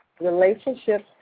Relationships